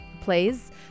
plays